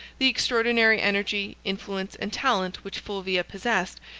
the extraordinary energy, influence, and talent which fulvia possessed,